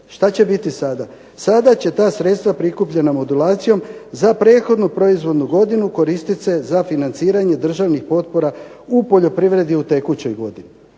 Što će biti sada? Sada će ta sredstva prikupljena modulacijom za prethodnu proizvodnu godinu koristiti se za financiranje državnih potpora u poljoprivredi u tekućoj godini.